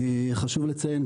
חשוב לציין,